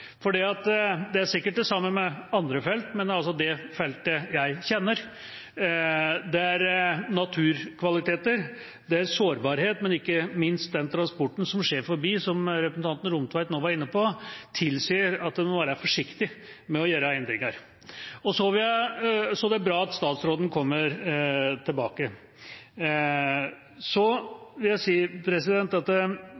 allerede er bekreftet. Det er sikkert det samme med andre felt, men på det feltet jeg kjenner, tilsier naturkvaliteter, sårbarhet og ikke minst den transporten som går forbi, som representanten Rommetveit nå var inne på, at en må være forsiktig med å gjøre endringer. Derfor er det bra at statsråden kommer tilbake.